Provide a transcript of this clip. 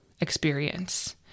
experience